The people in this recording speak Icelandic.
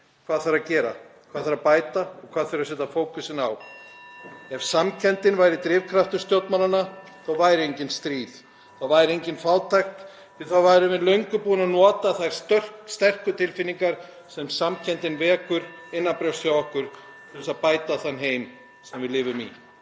hvað þarf að gera, hvað þarf að bæta og hvað þarf að setja fókusinn á. (Forseti hringir.) Ef samkenndin væri drifkraftur stjórnmálanna þá væru engin stríð, þá væri engin fátækt því að þá værum við löngu búin að nota þær sterku tilfinningar sem samkenndin vekur innanbrjósts hjá okkur til þess að bæta þann heim sem við lifum í.